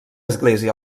església